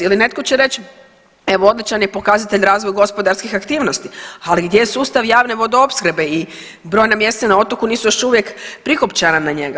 Ili netko će reći evo odličan je pokazatelj razvoj gospodarskih aktivnosti ali gdje je sustav javne vodoopskrbe i brojna mjesta na otoku nisu još uvijek prikopčana na njega.